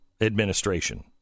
administration